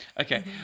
Okay